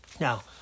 Now